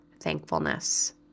thankfulness